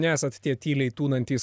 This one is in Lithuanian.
nesat tie tyliai tūnantys